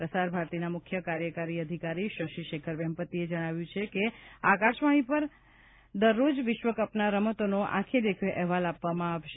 પ્રસાર ભારતીના મુખ્ય કાર્યકારી અધિકારી શેખર વેમ્પતીએ જણાવ્યું હતું કે આકાશવાણી પર આવતીકાલથી દરરોજ વિશ્વકપના રમતોનો આંખે દેખ્યો અહેવાલ આપવામાં આવશે